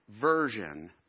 version